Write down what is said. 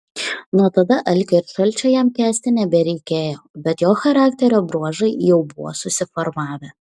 nuo tada alkio ir šalčio jam kęsti nebereikėjo bet jo charakterio bruožai jau buvo susiformavę